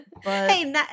Hey